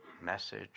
message